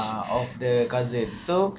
ah of the cousins